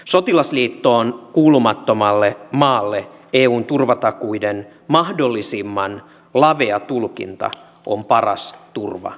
sotilasliittoon kuulumattomalle maalle eun turvatakuiden mahdollisimman lavea tulkinta on paras turva ja tuki